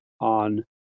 on